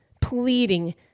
pleading